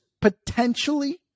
potentially